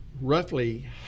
Roughly